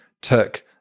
took